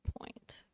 point